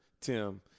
Tim